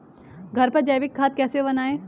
घर पर जैविक खाद कैसे बनाएँ?